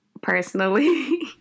personally